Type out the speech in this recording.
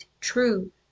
true